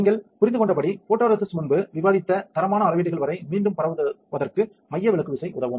நீங்கள் புரிந்துகொண்டபடி ஃபோட்டோரெசிஸ்ட் முன்பு விவாதித்த தரமான அளவீடுகள் வரை மீண்டும் பரவுவதற்கு மையவிலக்கு விசை உதவும்